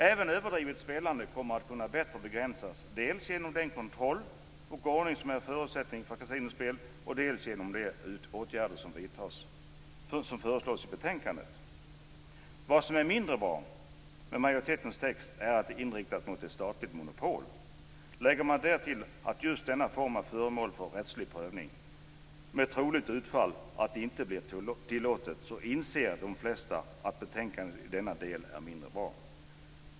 Även överdrivet spelande kommer att bättre kunna begränsas dels genom den kontroll och ordning som är en förutsättning för kasinospel, dels genom de åtgärder som föreslås i betänkandet. Vad som är mindre bra med majoritetens text är att det är inriktat mot ett statligt monopol. Lägger man därtill att just denna form är föremål för rättslig prövning med det troliga utfallet att det inte är tillåtet inser de flesta att betänkandet i denna del är mindre bra.